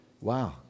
wow